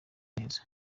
neza